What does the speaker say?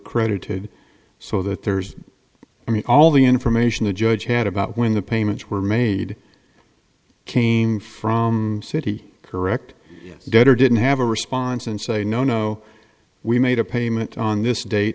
credited so that there's i mean all the information the judge had about when the payments were made came from citi correct debtor didn't have a response and say no no we made a payment on this date